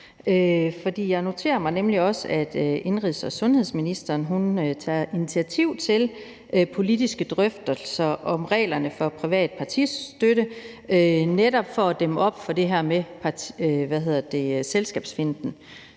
mig nemlig også, at indenrigs- og sundhedsministeren vil tage initiativ til politiske drøftelser om reglerne for privat partistøtte netop for at dæmme op for det